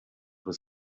was